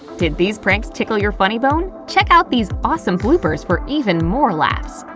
did these pranks tickle your funny bone? check out these awesome bloopers for even more laughs!